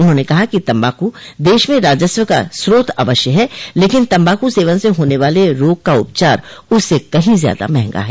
उन्होंने कहा कि तम्बाकू देश में राजस्व का स्रोत अवश्य है लेकिन तम्बाकू सेवन से होने वाले रोग का उपचार उससे कहीं ज्यादा महंगा है